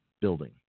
building